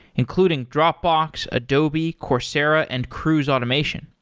including dropbox, adobe, coursera and cruise automation.